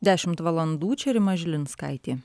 dešimt valandų čia rima žilinskaitė